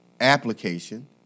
application